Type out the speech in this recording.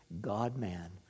God-man